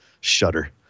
Shudder